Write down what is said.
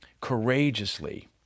courageously